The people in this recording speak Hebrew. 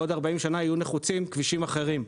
אבל בעוד 40 שנה יהיו נחוצים כבישים אחרים.